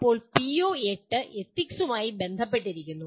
ഇപ്പോൾ പിഒ8 എത്തിക്സുമായി ബന്ധപ്പെട്ടിരിക്കുന്നു